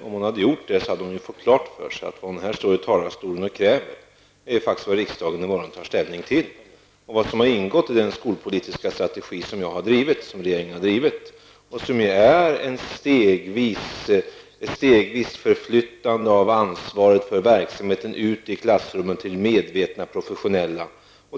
Haglund hade gjort det, hade hon ju fått klart för sig att det som hon kräver faktiskt är det som riksdagen i morgon skall ta ställning till. I den skolpolitiska strategi som regeringen har tillämpat har det ingått ett stegvis förflyttande av ansvaret för verksamheten ut till klassrummen, till medvetna professionella.